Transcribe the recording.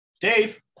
Dave